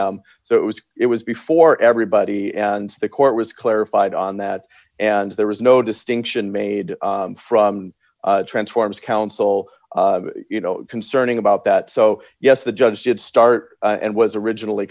dollars so it was it was before everybody and the court was clarified on that and there was no distinction made from transforms counsel you know concerning about that so yes the judge did start and was originally